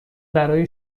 برای